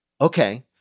Okay